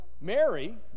Mary